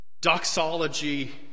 doxology